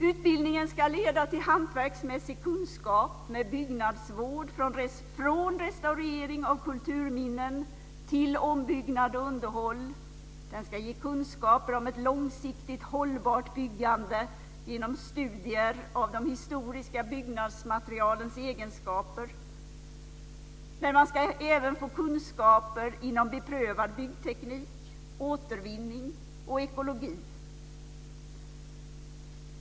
Utbildningen ska leda till hantverksmässig kunskap med byggnadsvård från restaurering av kulturminnen till ombyggnad och underhåll. Den ska ge kunskaper om ett långsiktigt hållbart byggande genom studier av de historiska byggnadsmaterialens egenskaper. Men man ska även få kunskaper inom beprövad byggteknik, återvinning och ekologi.